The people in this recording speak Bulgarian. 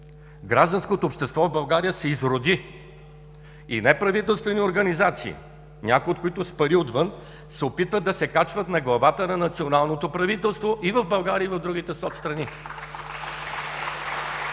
гражданското общество в България се изроди и неправителствени организации, някои от които с пари отвън, се опитват да се качват на главата на националното правителство и в България, и в другите соцстрани.